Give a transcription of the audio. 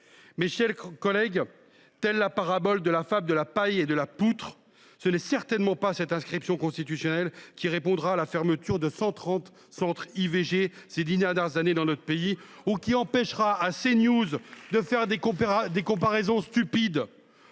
Mes chers collègues, rappelons nous la parabole de la paille et de la poutre : ce n’est certainement pas cette inscription constitutionnelle qui répondra à la fermeture de 130 centres IVG qui a eu lieu ces dix dernières années dans notre pays ou qui empêchera CNews de faire des comparaisons stupides